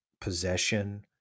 possession